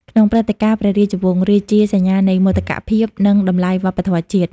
ក្នុងព្រឹត្តិការណ៍ព្រះរាជវង្ស វាជាសញ្ញានៃមោទកភាព និងតម្លៃវប្បធម៌ជាតិ។